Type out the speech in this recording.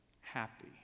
happy